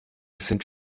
sind